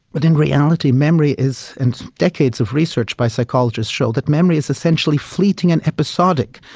but in reality memory is, and decades of research by psychologists show that memory is essentially fleeting and episodic.